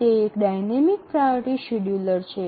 તે એક dynamic priority scheduler છે